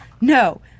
No